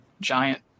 giant